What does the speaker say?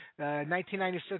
1996